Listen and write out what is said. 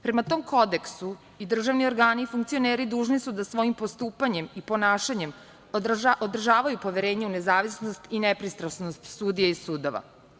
Prema tom kodeksu i državni organi i funkcioneri dužni su da svojim postupanjem i ponašanjem održavaju poverenje u nezavisnost i nepristrasnost sudija i sudova.